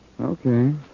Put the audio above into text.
Okay